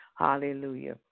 Hallelujah